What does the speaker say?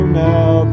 now